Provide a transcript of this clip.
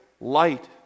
light